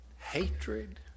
hatred